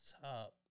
top